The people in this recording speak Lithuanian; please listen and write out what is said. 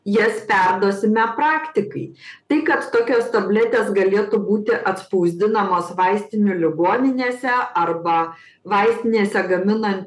jas perduosime praktikai tai kad tokios tabletės galėtų būti atspausdinamos vaistinių ligoninėse arba vaistinėse gaminan